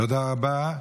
תודה רבה.